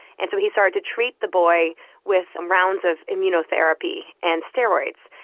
and so he started to treat the boy with um rounds of immunotherapy and steroids.